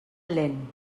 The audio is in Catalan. lent